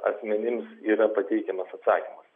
asmenims yra pateikiamas atsakymas